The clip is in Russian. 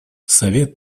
совет